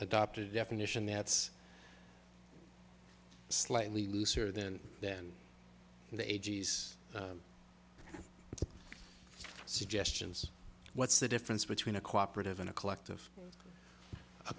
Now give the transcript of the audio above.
adopt a definition that's slightly looser than than the a g s suggestions what's the difference between a cooperative and a collective a